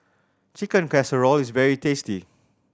Chicken Casserole is very tasty